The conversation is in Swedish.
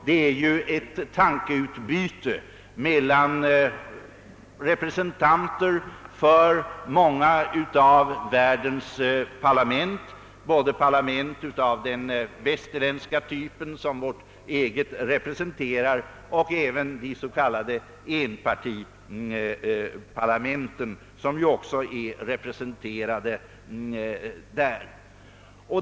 Det är ju ett tankeutbyte mellan representanter för många av världens parlament, både av den västerländska typen — som vårt eget — och s.k. enpartiparlament.